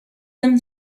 them